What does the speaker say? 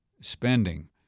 spending